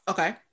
Okay